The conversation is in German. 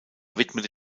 widmete